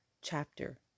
chapter